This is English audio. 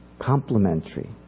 complementary